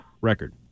record